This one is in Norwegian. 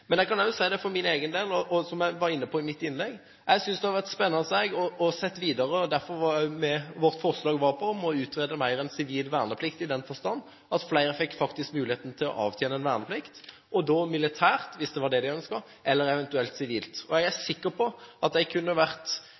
Jeg kan også si for min egen del, som jeg var inne på i mitt innlegg, at jeg synes det hadde vært spennende å se dette videre. Derfor var vårt forslag å utrede sivil verneplikt mer, i den forstand at flere faktisk fikk mulighet til å avtjene verneplikt – og da militær verneplikt, hvis det var det de ønsket, eller eventuelt sivil verneplikt. Jeg er sikker på at de kunne vært